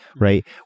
right